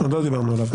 עוד לא דיברנו עליו.